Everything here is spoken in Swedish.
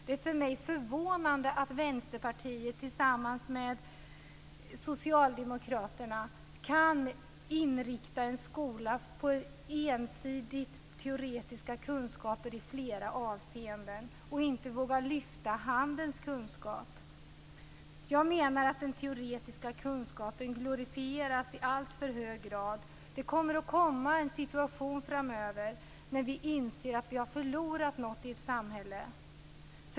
Det är förvånande att Vänsterpartiet, tillsammans med Socialdemokraterna, kan inrikta en skola på i flera avseenden ensidigt teoretiska kunskaper och inte våga lyfta fram handens kunskap. Jag menar att den teoretiska kunskapen glorifieras i alltför hög grad. Det kommer att komma en situation framöver när vi inser att vi har förlorat något i samhället.